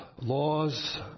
laws